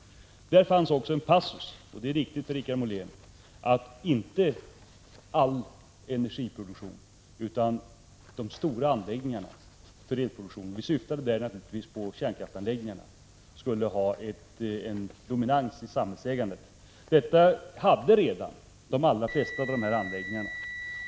Där fanns också en passus om att ägarmajoriteten i de stora anläggningarna för elproduktion, syftande naturligtvis på kärnkraftsanläggningarna, skulle tillhöra den offentliga sektorn. Det gjorde redan då de allra flesta av dessa anläggningar.